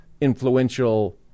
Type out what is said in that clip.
influential